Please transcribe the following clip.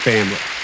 Family